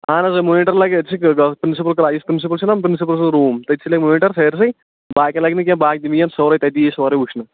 اَہَن حظ آ مونیٖٹر لَگہِ پرنسِپُل پرنسِپُل پرنسِپُل چھُنا پرنِسپُل سُنٛد روٗم تٔتھٕے لَگہِ مونیٖٹر سٲرۍسٕے باقیَن لَگہِ نہٕ کیٚنٛہہ باقیَن یی سورُے تٔتی یِیہِ سورُے وُچھنہٕ